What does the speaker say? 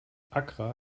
accra